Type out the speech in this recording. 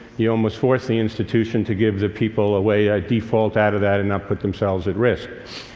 you almost force the institution to give the people a way, a default out of that, and not put themselves at risk.